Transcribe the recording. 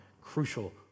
crucial